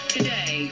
Today